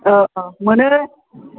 अ अ मोनो